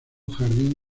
jardín